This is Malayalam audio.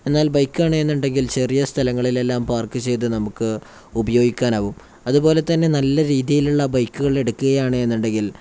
എന്നാൽ ബൈക്കാണെന്നുണ്ടെങ്കിൽ ചെറിയ സ്ഥലങ്ങളിലെല്ലാം പാർക്ക് ചെയ്ത് നമുക്ക് ഉപയോഗിക്കാനാകും അതുപോലെ തന്നെ നല്ല രീതിയിലുള്ള ബൈക്കുകൾ എടുക്കുകയാണെന്നുണ്ടെങ്കിൽ